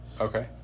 Okay